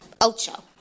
ocho